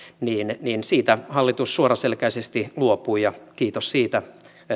ja siitä hallitus suoraselkäisesti luopui ja kiitos siitä